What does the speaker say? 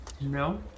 No